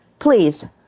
Please